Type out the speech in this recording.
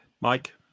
Mike